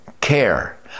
care